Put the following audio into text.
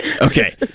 Okay